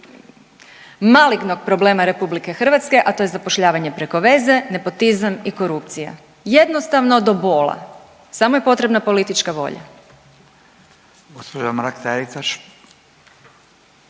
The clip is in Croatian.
malignog problema RH, a to je zapošljavanje preko veze, nepotizam i korupcija. Jednostavno do bola samo je potrebna politička volja.